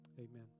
Amen